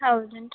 ಹೌದೇನ್ರಿ